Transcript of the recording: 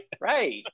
right